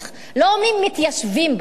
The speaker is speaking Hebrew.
לא אומרים "מתיישבים בשטח".